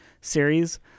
series